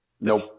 Nope